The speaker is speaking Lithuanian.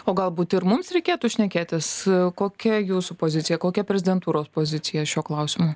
o galbūt ir mums reikėtų šnekėtis kokia jūsų pozicija kokia prezidentūros pozicija šiuo klausimu